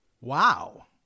Wow